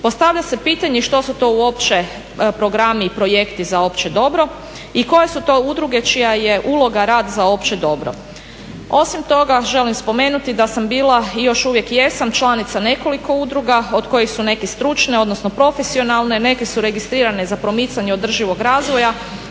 Postavlja se pitanje što su to uopće programi i projekti za opće dobro i koje su to udruge čija je uloga rad za opće dobro. Osim toga želim spomenuti da sam bila i još uvijek jesam članica nekoliko udruga od kojih su neke stručne, odnosno profesionalne, neke su registrirane za promicanje održivog razvoja,